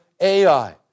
Ai